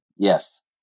Yes